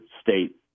state